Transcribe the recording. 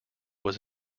was